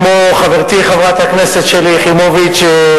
כמו חברתי חברת הכנסת שלי יחימוביץ,